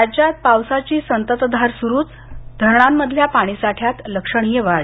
राज्यात पावसाची संततधार सुरूच धरणांमधल्या पाणीसाठ्यात लक्षणीय वाढ